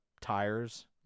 tires